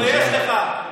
תתבייש לך.